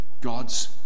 God's